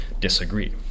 disagree